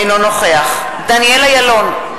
אינו נוכח דניאל אילון,